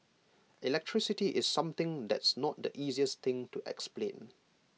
electricity is something that's not the easiest thing to explain